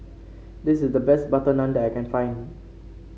this is the best butter naan that I can find